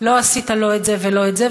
לא עשית לא את זה ולא את זה,